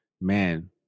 Man